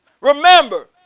Remember